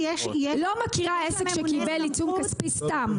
לא מכירה עסק שקיבל עיצום כספי סתם,